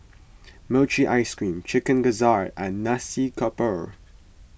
Mochi Ice Cream Chicken Gizzard and Nasi Campur